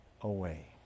away